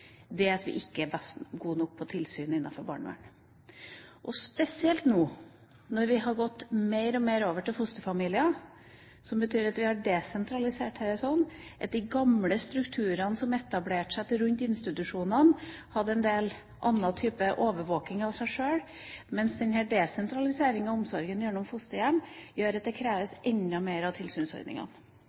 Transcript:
8-forslaget, at vi ikke er gode nok til å føre tilsyn innenfor barnevernet, og spesielt nå, som vi har gått mer og mer over til fosterfamilier. Det betyr at vi har desentralisert tilsynet. De gamle strukturene som etablerte seg rundt institusjonene, hadde en del andre typer overvåking av seg sjøl, mens denne desentraliseringen av omsorgen gjennom fosterhjem gjør at det kreves enda mer av tilsynsordningene.